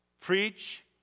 Preach